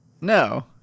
No